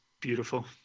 beautiful